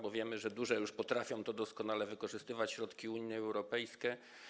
Bo wiemy, że duże już potrafią doskonale wykorzystywać środki unijne, europejskie.